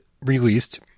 released